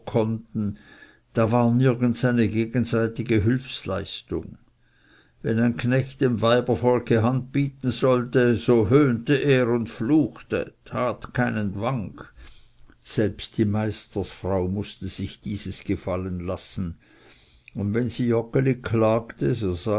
konnten da war nirgends eine gegenseitige hülfsleistung wenn ein knecht dem weibervolke hand bieten sollte so höhnte er und fluchte tat keinen wank selbst die meisterfrau mußte sich dieses gefallen lassen und wenn sie joggeli klagte